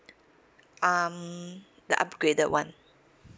um the upgraded one